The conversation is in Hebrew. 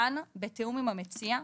כאן, בתיאום עם המציע,